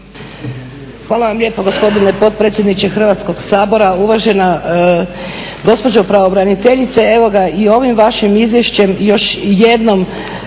Hvala vam lijepa gospodine potpredsjedniče Hrvatskog sabora. Uvažena gospođo pravobraniteljice. I ovim vašim izvješćem još jednom